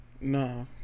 Nah